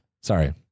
sorry